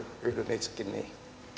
yhdyn itsekin